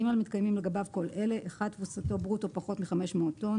מתקיימים לגביו כל אלה: (1) תפוסתו ברוטו פחות מ-500 טון.